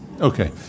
Okay